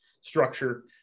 structure